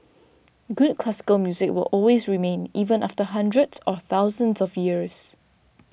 good classical music will always remain even after hundreds or thousands of years